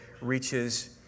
reaches